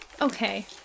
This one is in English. Okay